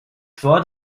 draw